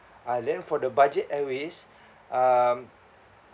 uh then for the budget airways um